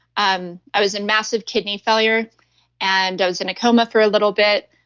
um i was in massive kidney failure and i was in a coma for a little bit.